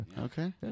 Okay